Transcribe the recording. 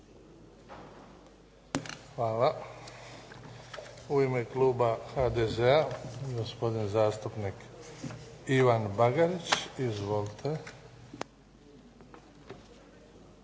Hvala. U ime kluba HDZ-a gospodin zastupnik Ivan Bagarić. Izvolite.